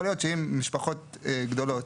יכול להיות שאם משפחות גדולות